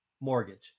mortgage